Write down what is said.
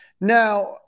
Now